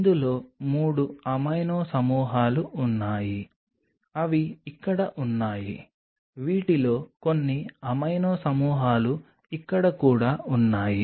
ఇందులో 3 అమైనో సమూహాలు ఉన్నాయి అవి ఇక్కడ ఉన్నాయి వీటిలో కొన్ని అమైనో సమూహాలు ఇక్కడ కూడా ఉన్నాయి